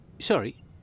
Sorry